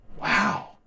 Wow